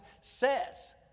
says